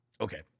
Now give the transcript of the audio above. Okay